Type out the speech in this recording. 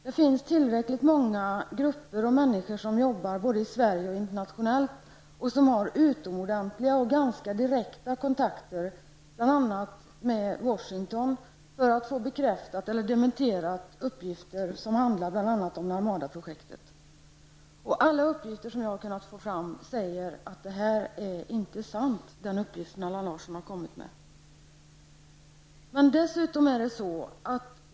Det finns tillräckligt många grupper och människor som arbetar både i Sverige och internationellt och som har utomordentligt goda och direkta kontakter, bl.a. med Washington, som kan få bekräftat eller dementerat uppgifter som handlar bl.a. om Narmadaprojektet. Alla uppgifter som jag har fått fram säger att den uppgift som Allan Larsson har kommit med inte är sann.